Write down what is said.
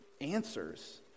answers